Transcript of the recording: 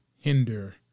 hinder